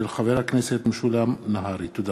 תודה.